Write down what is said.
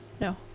No